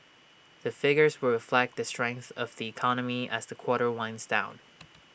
the figures will reflect the strength of the economy as the quarter winds down